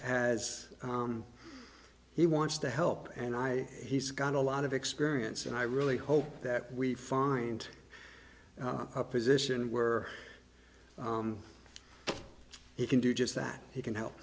has he wants to help and i he's got a lot of experience and i really hope that we find a position where he can do just that he can help